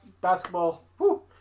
basketball